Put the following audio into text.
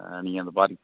ஆ நீங்க அந்த பார்க்கிங்